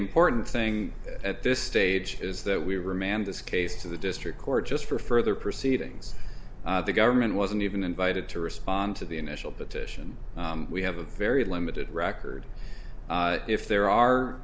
important thing at this stage is that we were manned this case to the district court just for further proceedings the government wasn't even invited to respond to the initial petition we have a very limited record if there are